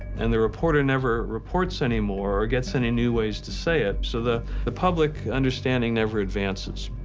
and the reporter never reports any more or gets any new ways to say it, so the the public understanding never advances.